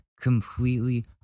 completely